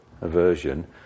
aversion